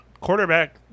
quarterback –